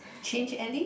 change alley